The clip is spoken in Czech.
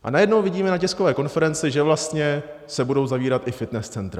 A najednou vidíme na tiskové konferenci, že vlastně se budou zavírat i fitness centra.